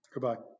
Goodbye